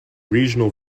regional